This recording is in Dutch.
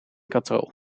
katrol